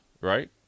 right